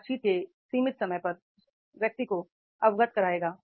बातचीत के सीमित समय पर उस व्यक्ति को अवगत कराएगा